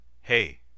Hey